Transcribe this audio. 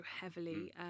heavily